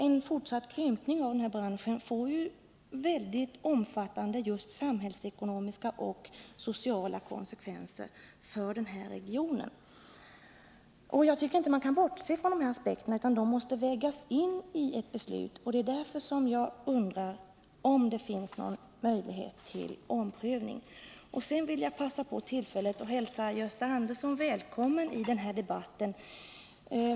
En fortsatt krympning av denna bransch får mycket omfattande just samhällsekonomiska och sociala konsekvenser för denna region. Man kan inte bortse från dessa aspekter, utan de måste vägas in i ett beslut. Och det är anledningen till att jag undrar om det finns en möjlighet till omprövning. Jag vill här passa på tillfället att hälsa Gösta Andersson välkommen i denna debatt.